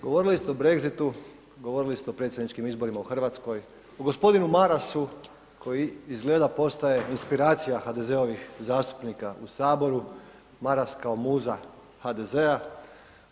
Govorili ste o Brexitu, govorili ste o predsjedničkim izborima u Hrvatskoj, o g. Marasu koji izgleda postaje inspiracija HDZ-ovih zastupnika u Saboru, Maras kao muza HDZ-a.